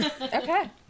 Okay